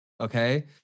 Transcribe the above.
Okay